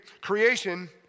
creation